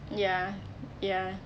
ya ya